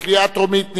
מי בעד, בקריאה טרומית?